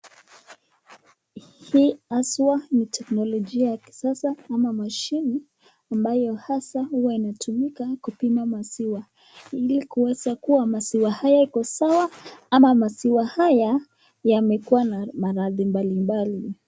Hii hawa ni teknologi ya kisasa au mashine ambayo hasa huwa inatumika kupima maziwa ilikuweza kuwa maziwa haya yako sawa ama maziwa haya yamekuwa na maradhi mbali mbali.